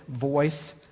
voice